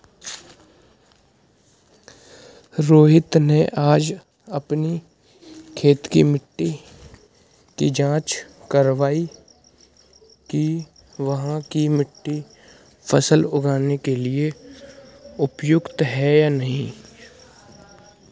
रोहित ने आज अपनी खेत की मिट्टी की जाँच कारवाई कि वहाँ की मिट्टी फसल उगाने के लिए उपयुक्त है या नहीं